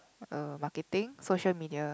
uh marketing social media